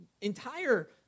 entire